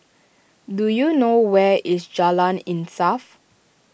do you know where is Jalan Insaf